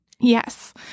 Yes